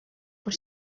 por